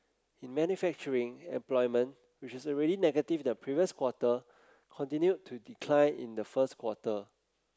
in manufacturing employment which is already negative the previous quarter continued to decline in the first quarter